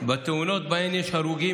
בתאונות שבהן יש הרוגים,